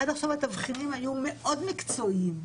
עד עכשיו התבחינים היו מאוד מקצועיים.